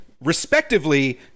respectively